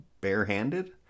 barehanded